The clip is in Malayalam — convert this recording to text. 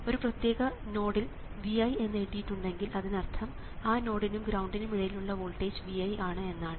ഒരു പ്രത്യേക നോഡി ൽ Vi എന്ന് എഴുതിയിട്ടുണ്ടെങ്കിൽ അതിനർത്ഥം ആ നോഡിനും ഗ്രൌണ്ടിനും ഇടയിലുള്ള വോൾട്ടേജ് Vi ആണ് എന്നാണ്